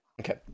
Okay